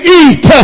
eat